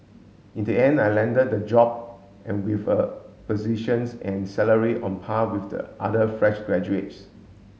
in the end I landed the job and with a positions and salary on par with the other fresh graduates